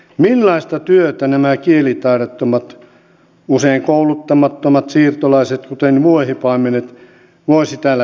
millaista työtä nämä kielitaidottomat usein kouluttamattomat siirtolaiset kuten vuohipaimenet voisivat täällä tehdä